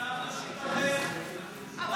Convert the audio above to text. מגדר --- עם חילונים, עם ערבים, אני באמת שואל.